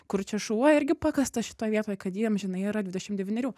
kur čia šuo irgi pakasta šitoj vietoj kad ji amžinai yra dvidešim devynerių